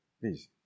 Please